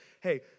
hey